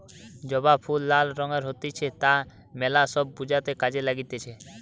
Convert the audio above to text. জবা ফুল লাল রঙের হতিছে তা মেলা সব পূজাতে কাজে লাগতিছে